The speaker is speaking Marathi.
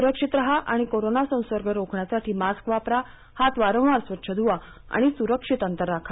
सुरक्षित राहा आणि कोरोना संसर्ग रोखण्यासाठी मास्क वापरा हात वारंवार स्वच्छ धुवा आणि सुरक्षित अंतर राखा